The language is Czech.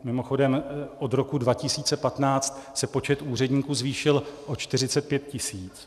Mimochodem, od roku 2015 se počet úředníků zvýšil o 45 tisíc.